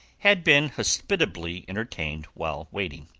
had been hospitably entertained while waiting.